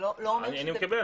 אני מקבל.